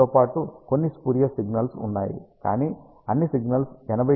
మీతో పాటు కొన్ని స్పూరియస్ సిగ్నల్స్ ఉన్నాయి కానీ అన్ని సిగ్నల్స్ 80 dB కన్నా తక్కువ